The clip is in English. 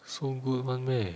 so good one meh